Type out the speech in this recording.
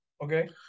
okay